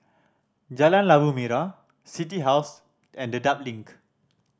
Jalan Labu Merah City House and Dedap Link